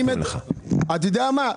אתה יודע מה?